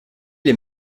les